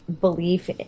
belief